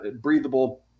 breathable